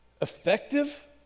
effective